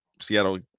Seattle